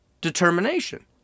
determination